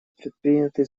предприняты